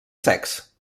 secs